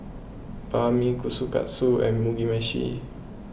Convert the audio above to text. Banh Mi Kushikatsu and Mugi Meshi